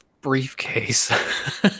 briefcase